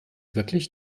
wirklich